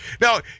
Now